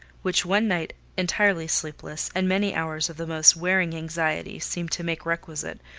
which one night entirely sleepless, and many hours of the most wearing anxiety seemed to make requisite,